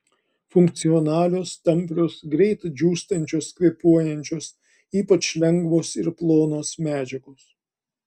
funkcionalios tamprios greit džiūstančios kvėpuojančios ypač lengvos ir plonos medžiagos